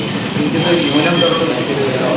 किञ्चित् न्यूनं कर्तुं शक्यते किल